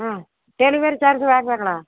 ah delivery charge வாங்குவாங்களா